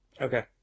Okay